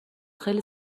خیلی